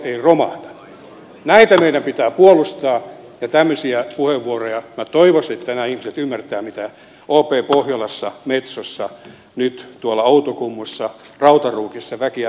näitä meidän pitää puolustaa ja tämmöisiä puheenvuoroja minä toivoisin että nämä ihmiset ymmärtävät mitä op pohjolassa metsossa nyt tuolla outokummussa rautaruukissa väki ajattelee